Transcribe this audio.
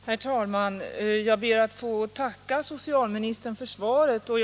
Herr talman! Jag ber att få tacka socialministern för svaret på min interpellation.